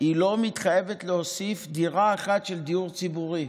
היא לא מתחייבת להוסיף דירה אחת של דיור ציבורי.